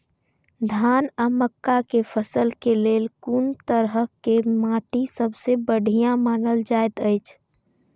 धान आ मक्का के फसल के लेल कुन तरह के माटी सबसे बढ़िया मानल जाऐत अछि?